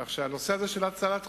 כך שהנושא הזה, של הצלת חיים,